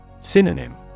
Synonym